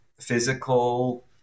physical